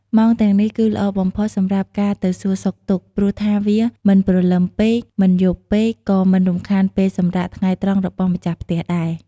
ម៉ោងទាំងនេះគឺល្អបំផុតសម្រាប់ការទៅសួរសុខទុក្ខ ព្រោះថាវាមិនព្រលឹមពេក មិនយប់ពេក ក៏មិនរំខានពេលសម្រាកថ្ងៃត្រង់របស់ម្ចាស់ផ្ទះដែរ។